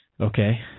Okay